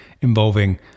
involving